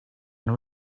know